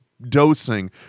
dosing